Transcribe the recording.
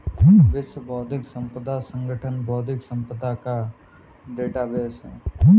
विश्व बौद्धिक संपदा संगठन बौद्धिक संपदा का डेटाबेस है